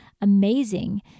amazing